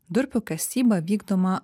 durpių kasyba vykdoma